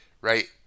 right